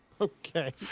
Okay